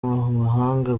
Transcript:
amahanga